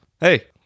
Hey